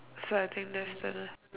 so I think that's the